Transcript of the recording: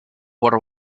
water